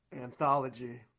Anthology